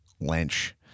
Lynch